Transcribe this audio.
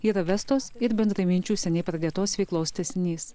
yra vestos ir bendraminčių seniai pradėtos veiklos tęsinys